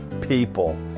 people